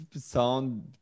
sound